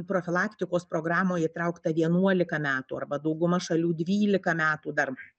profilaktikos programoj įtraukta vienuolika metų arba dauguma šalių dvylika metų dar